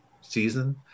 season